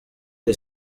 the